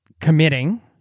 committing